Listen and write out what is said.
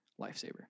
Lifesaver